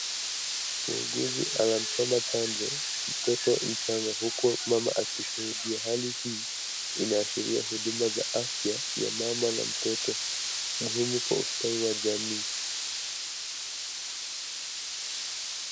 Muuguzi anamchoma chanjo mtoto mchanga huku mama akishuhudia hali hii inaashiria huduma za afya ya mama na mtoto muhimu kwa ustawi wa jamii.